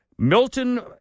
Milton